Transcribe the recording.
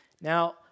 Now